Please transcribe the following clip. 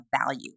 value